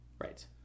Right